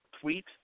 tweet